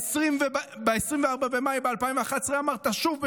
ב-24 במאי 2011 אמרת שוב,